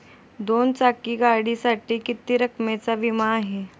दोन चाकी गाडीसाठी किती रकमेचा विमा आहे?